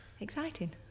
exciting